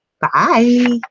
Bye